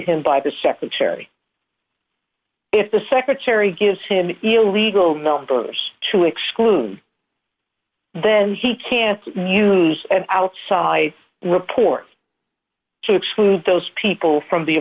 him by the secretary if the secretary gives him the illegal numbers to exclude then he can use an outside report to exclude those people from the